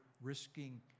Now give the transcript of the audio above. risking